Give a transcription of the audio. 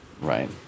Right